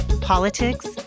politics